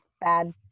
bad